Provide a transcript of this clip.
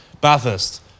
Bathurst